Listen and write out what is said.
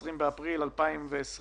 20 באפריל 2020,